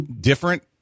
different